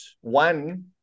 one